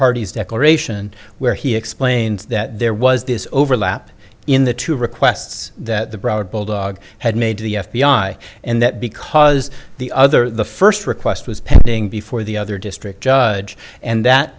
hardy's declaration where he explains that there was this overlap in the two requests that the broward bulldog had made to the f b i and that because the other the first request was pending before the other district judge and that